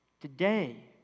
Today